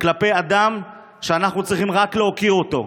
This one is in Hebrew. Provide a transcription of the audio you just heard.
כלפי אדם שאנחנו צריכים רק להוקיר אותו.